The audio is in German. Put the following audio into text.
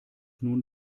nun